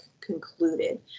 concluded